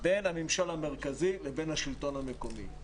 בין הממשל המרכזי לבין השלטון המקומי,